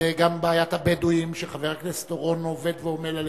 זה גם בעיית הבדואים שחבר הכנסת אורון עובד ועמל עליה.